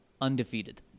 undefeated